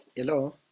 Hello